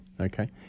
Okay